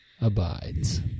abides